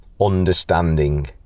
understanding